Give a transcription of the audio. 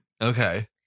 Okay